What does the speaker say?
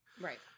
Right